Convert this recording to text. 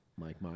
Mike